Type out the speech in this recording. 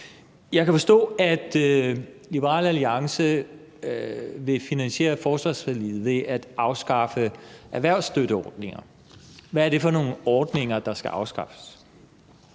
Jeg kan forstå, at Liberal Alliance vil finansiere forsvarsforliget ved at afskaffe erhvervsstøtteordninger. Hvad er det for nogle ordninger, der skal afskaffes?